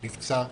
נפצע,